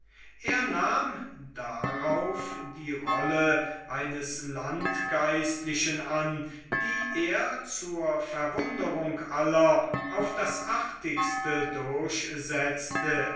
er nahm darauf die rolle eines landgeistlichen an die er zur verwunderung aller auf das artigste durchsetzte